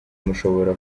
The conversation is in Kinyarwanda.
mushobora